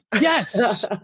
Yes